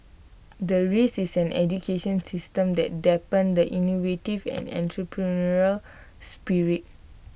the risk is an education system that dampen the innovative and entrepreneurial spirit